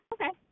Okay